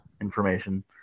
information